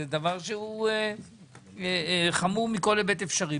זה דבר שהוא חמור מכל היבט אפשרי,